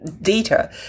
data